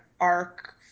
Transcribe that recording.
arc